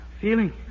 Feeling